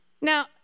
Now